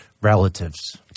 relatives